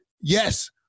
yes